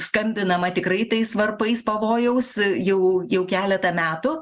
skambinama tikrai tais varpais pavojaus jau jau keletą metų